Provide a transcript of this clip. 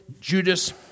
Judas